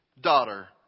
daughter